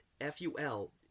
F-U-L